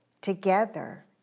Together